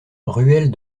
ruelle